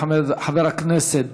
תודה לחבר הכנסת